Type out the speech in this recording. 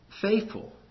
Faithful